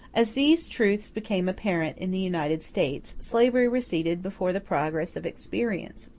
as these truths became apparent in the united states, slavery receded before the progress of experience.